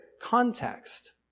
context